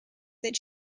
that